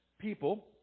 people